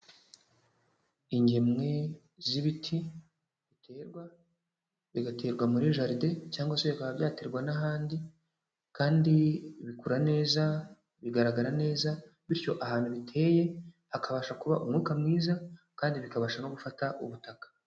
Ingemwe z'ibiti biterwa, bigaterwa muri jaride cyangwa se bikaba byaterwa n'ahandi, kandi bikura neza, bigaragara neza, bityo ahantu biteye, hakabasha kuba umwuka mwiza, kandi bikabasha no gufata ubutaka.